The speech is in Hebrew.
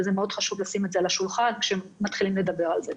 אלה דברים שמאוד חשוב לשים על השולחן כשמדברים על זה.